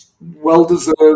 Well-deserved